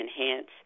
enhance